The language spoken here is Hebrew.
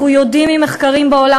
אנחנו יודעים ממחקרים בעולם,